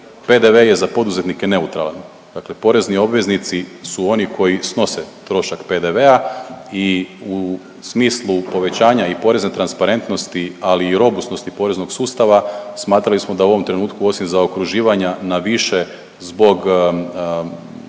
PDV je za poduzetnike neutralan. Dakle, porezni obveznici su oni koji snose trošak PDV-a i u smislu povećanja i porezne transparentnosti, ali i robusnosti poreznog sustava smatrali smo da u ovom trenutku osim zaokruživanja na više zbog